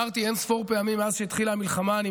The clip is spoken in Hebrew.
אמרתי אין-ספור פעמים מאז שהתחילה המלחמה: אני